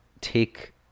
take